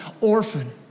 orphan